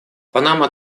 панама